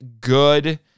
good